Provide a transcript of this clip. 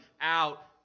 out